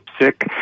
sick